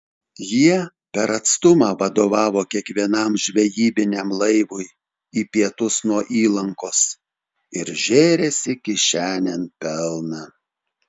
jie per atstumą vadovavo kiekvienam žvejybiniam laivui į pietus nuo įlankos ir žėrėsi kišenėn pelną